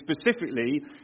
specifically